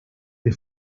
que